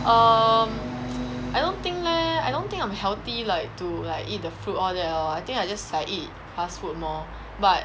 um I don't think leh I don't think I'm healthy like to like eat the fruit all that lor I think I just like eat fast food more but